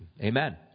Amen